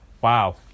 Wow